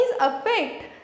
affect